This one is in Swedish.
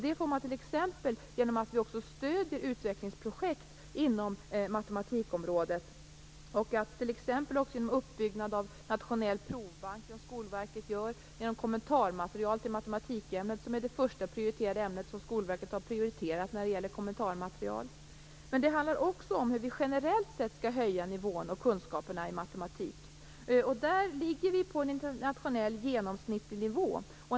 Det får man t.ex. genom att vi stöder utvecklingsprojekt inom matematikområdet och också genom bl.a. uppbyggnad av en nationell provbank, något som Skolverket håller på med. Vi får det också genom kommentarmaterial till matematikämnet. Det är det första ämne som Skolverket har prioriterat när det gäller kommentarmaterial. Men det handlar också som hur vi generellt sett skall höja nivån på kunskaperna i matematik. Där ligger vi på en internationellt genomsnittlig nivå.